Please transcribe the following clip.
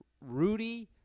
Rudy